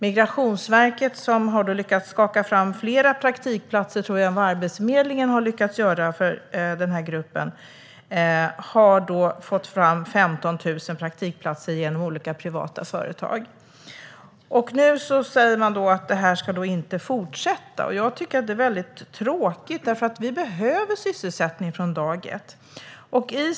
Migrationsverket, som har lyckats skaka fram fler praktikplatser än Arbetsförmedlingen för den här gruppen, har fått fram 15 000 praktikplatser genom olika privata företag. Nu säger man att detta inte ska fortsätta. Det är tråkigt, för det behövs sysselsättning från dag ett.